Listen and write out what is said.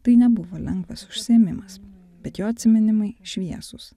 tai nebuvo lengvas užsiėmimas bet jo atsiminimai šviesūs